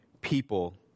people